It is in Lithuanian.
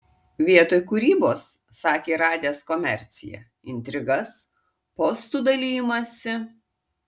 vietoj kūrybos sakė radęs komerciją intrigas postų dalijimąsi